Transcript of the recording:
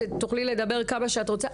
את תוכלי לדבר כמה שאת רוצה.